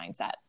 mindset